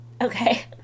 Okay